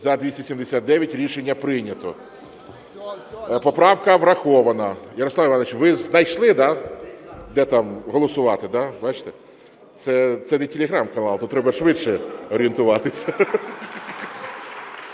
За-279 Рішення прийнято. Поправка врахована. Ярослав Іванович, ви знайшли, да, де там голосувати, да, бачите? Це не телеграм-канал, тут треба швидше орієнтуватися.